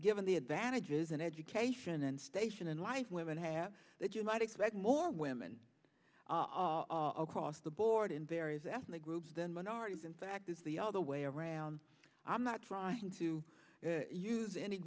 given the advantages an education and station in life women have that you might expect more women are across the board in various ethnic groups than minorities in fact it's the other way around i'm not trying to use any